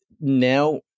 now